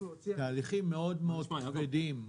תהליכים מאוד כבדים,